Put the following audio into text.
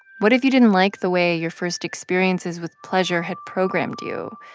what if you didn't like the way your first experiences with pleasure had programmed you,